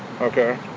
okay